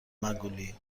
مگولی